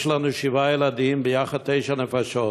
יש לנו שבעה ילדים, יחד תשע נפשות.